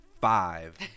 five